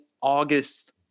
August